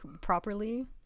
properly